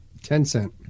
tencent